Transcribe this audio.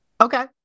Okay